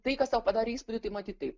tai kas tau padarė įspūdį tai matyt taip